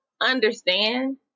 understand